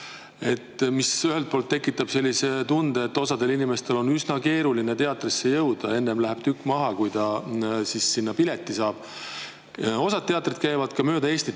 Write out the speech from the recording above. See ühelt poolt tekitab sellise tunde, et osal inimestel on üsna keeruline teatrisse jõuda: ennem läheb tükk maha, kui sinna pileti saab. Osa teatreid käib ka mööda Eestit ringi